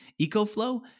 ecoflow